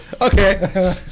Okay